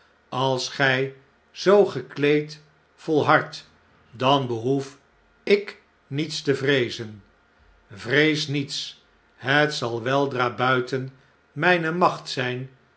als gij zoo gekleed volhardt dan behoef ik niets te vreezen vrees niets het zal weldra buiten mjjne macht zijn